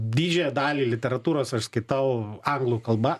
didžiąją dalį literatūros aš skaitau anglų kalba